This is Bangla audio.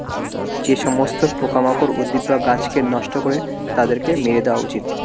যে সমস্ত পোকামাকড় উদ্ভিদ বা গাছকে নষ্ট করে তাদেরকে মেরে দেওয়া উচিত